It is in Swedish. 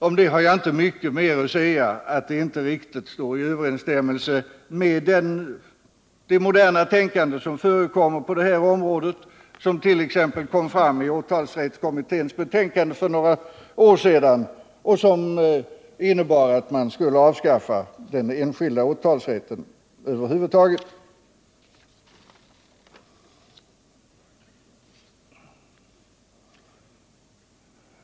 Om det har jag inte mycket mer att säga än att det inte riktigt står i överensstämmelse med det moderna tänkande som förekommer på området, vilket t.ex. kom fram i åtalsrättskommitténs betänkande för några år sedan och som innebar att man skulle avskaffa den enskilda åtalsrätten över huvud taget.